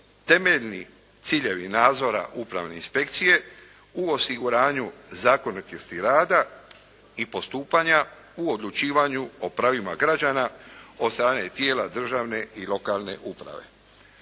temeljni ciljevi nadzora upravne inspekcije u osiguranju zakonitosti rada i postupanja u odlučivanju o pravima građana od strane tijela državne i lokalne uprave.